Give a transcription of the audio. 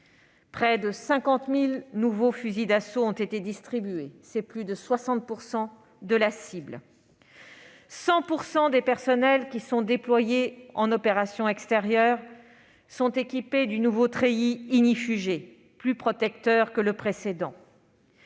près de 50 000 nouveaux fusils d'assaut ont été distribués, soit plus de 60 % de la cible ; 100 % des personnels déployés en opérations extérieures sont équipés du nouveau treillis ignifugé, plus protecteur que le précédent